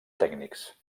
tècnics